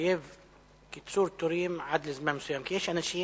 שיחייב קיצור תורים עד זמן מסוים, כי יש אנשים